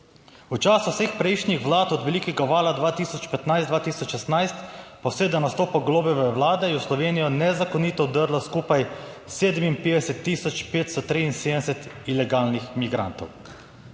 V času vseh prejšnjih vlad, od velikega vala 2015, 2016 pa vse do nastopa Golobove vlade je v Slovenijo nezakonito vdrlo skupaj 57 tisoč 573 ilegalnih migrantov,